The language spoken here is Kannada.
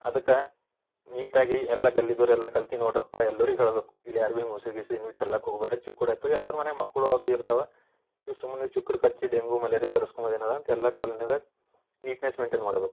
ಅದಕ್ಕ ನೀಟ್ ಆಗಿ ಎಲ್ಲ ಗಲ್ಲಿದೋರೆಲ್ಲ ಕಲ್ತಿ ನೋಡ್ರಪ್ಪ ಎಲ್ಲರಿಗು ಹೇಳ್ಬಕು ಇಲ್ಲಿ ಯಾರ್ ಬಿ ಮುಸ್ರಿ ಗಿಸ್ರಿ ನೀವು ಚಲ್ಲಕೆ ಹೋಗ್ಬ್ಯಾಡ ರೀ ಚಿಕ್ಕುಳು ಅತ್ತಿವಿ ಎಲ್ಲಾರ ಮನೆ ಮಕ್ಕಳು ಅದು ಇರ್ತಾವ ಇವು ಸುಮ್ಮನೆ ಚಿಕ್ಕುಳು ಕಚ್ಚಿ ಡೆಂಗೂ ಮಲೇರಿಯಾ ತರಸ್ಕೊಮದ ಏನದ ಅಂತ ಎಲ್ಲ ಕಾಲೋನಿದಾಗ ನೀಟ್ನೆಸ್ ಮೇಯ್ನ್ಟೇನ್ ಮಾಡಬೇಕು